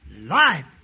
Life